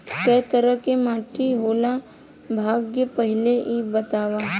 कै तरह के माटी होला भाय पहिले इ बतावा?